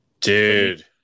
Dude